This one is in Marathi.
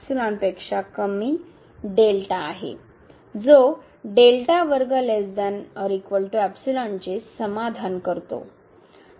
चे समाधान करतो